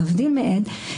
להבדיל מעד,